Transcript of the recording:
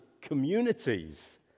communities